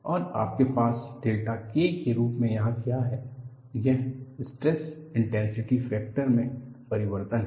और आपके पास डेल्टा K के रूप में यहां क्या है यह स्ट्रेस इन्टेन्सिटी फैक्टर में परिवर्तन है